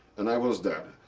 and i was there.